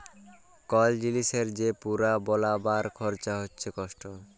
call জিলিসের যে পুরা বলবার খরচা হচ্যে কস্ট